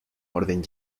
orden